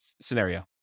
scenario